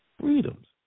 freedoms